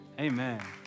amen